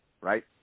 right